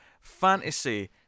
Fantasy